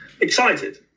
excited